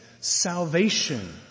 salvation